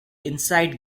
insight